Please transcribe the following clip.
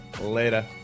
later